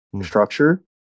structure